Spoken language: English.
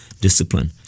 discipline